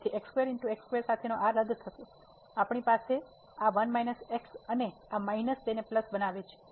તેથી સાથેનો આ x રદ થશે આપણી પાસે આ 1 x છે અને આ માઇનસ તેને પ્લસ બનાવે છે